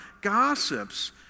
gossips